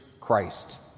Christ